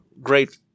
great